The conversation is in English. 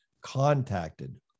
contacted